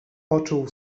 poczuł